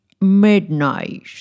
midnight